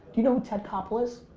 do you know who ted koppel is?